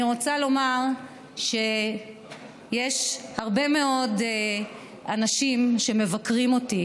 אני רוצה לומר שיש הרבה מאוד אנשים שמבקרים אותי